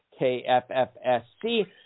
KFFSC